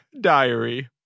Diary